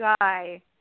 guy